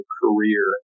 career